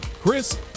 Chris